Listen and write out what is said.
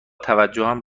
توجهم